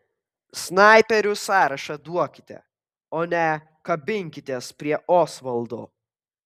snaiperių sąrašą duokite o ne kabinkitės prie osvaldo